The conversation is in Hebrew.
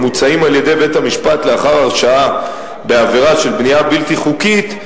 המוצאים על-ידי בית-המשפט לאחר הרשעה בעבירה של בנייה בלתי חוקית,